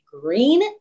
green